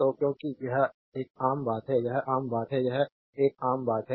तो क्योंकि यह एक आम बात है यह एक आम बात है यह एक आम बात है